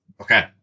Okay